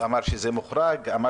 אני חושב שההתפתחויות האחרונות,